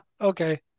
okay